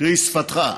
קרי, שפתך.